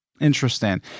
Interesting